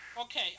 Okay